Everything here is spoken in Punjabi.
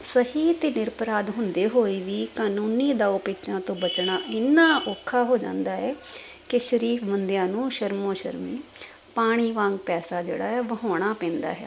ਸਹੀ ਅਤੇ ਨਿਰ ਅਪਰਾਧ ਹੁੰਦੇ ਹੋਏ ਵੀ ਕਾਨੂੰਨੀ ਦਾਓ ਪੇਚਾਂ ਤੋਂ ਬਚਣਾ ਇੰਨਾ ਔਖਾ ਹੋ ਜਾਂਦਾ ਹੈ ਕਿ ਸ਼ਰੀਫ ਬੰਦਿਆਂ ਨੂੰ ਸ਼ਰਮੋ ਸ਼ਰਮੀ ਪਾਣੀ ਵਾਂਗ ਪੈਸਾ ਜਿਹੜਾ ਹੈ ਵਹਾਉਣਾ ਪੈਂਦਾ ਹੈ